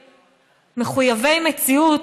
הן מחויבות המציאות,